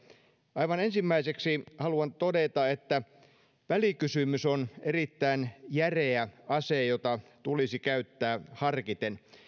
aivan ensimmäiseksi haluan todeta että välikysymys on erittäin järeä ase jota tulisi käyttää harkiten